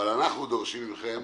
אבל אנחנו דורשים מכם